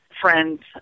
friends